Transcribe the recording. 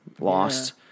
lost